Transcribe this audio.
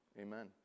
Amen